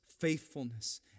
faithfulness